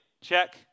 check